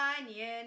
onion